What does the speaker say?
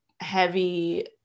heavy